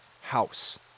house